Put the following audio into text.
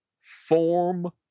form